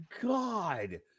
God